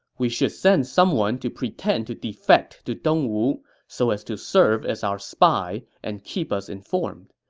we should send someone to pretend to defect to dong wu so as to serve as our spy and keep us informed.